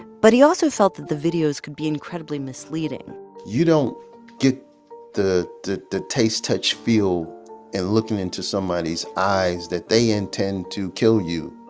but he also felt that the videos could be incredibly misleading you don't get the the taste, touch, feel and looking into someone's eyes that they intend to kill you.